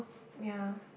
ya